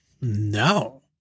No